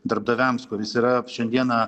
darbdaviams kuris yra šiandieną